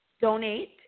donate